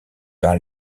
par